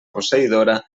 posseïdora